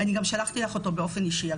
שלחתי לך באופן אישי.